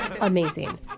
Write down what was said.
amazing